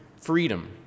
freedom